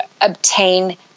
obtain